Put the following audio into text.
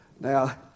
Now